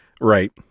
Right